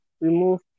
remove